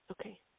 Okay